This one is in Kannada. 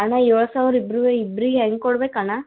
ಅಣ್ಣ ಏಳು ಸಾವಿರ ಇಬ್ರು ಇಬ್ರಿಗೆ ಹೆಂಗೆ ಕೊಡ್ಬೇಕು ಅಣ್ಣ